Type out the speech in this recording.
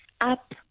up